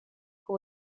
who